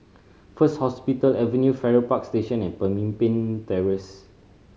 First Hospital Avenue Farrer Park Station and Pemimpin Terrace